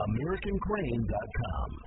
AmericanCrane.com